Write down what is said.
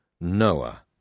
Noah